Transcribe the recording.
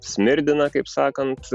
smirdina kaip sakant